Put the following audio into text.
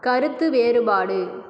கருத்து வேறுபாடு